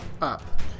up